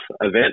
event